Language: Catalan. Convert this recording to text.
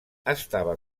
estava